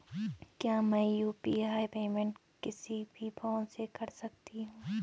क्या मैं UPI payment किसी भी फोन से कर सकता हूँ?